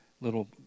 little